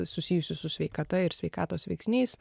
susijusių su sveikata ir sveikatos veiksniais